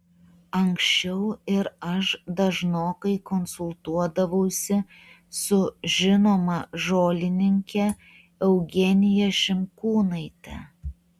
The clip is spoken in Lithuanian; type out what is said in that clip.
anksčiau ir aš dažnokai konsultuodavausi su žinoma žolininke eugenija šimkūnaite